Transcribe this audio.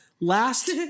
Last